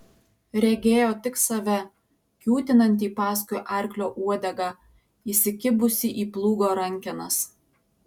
regėjo tik save kiūtinantį paskui arklio uodegą įsikibusį į plūgo rankenas